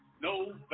no